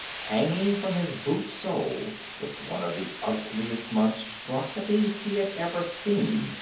hanging from his boot sole was one of the ugliest monstrosities he had ever seen,